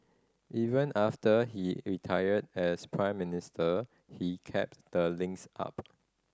even after he retired as Prime Minister he kept the links up